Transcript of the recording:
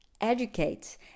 educate